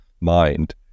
mind